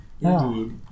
Indeed